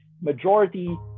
majority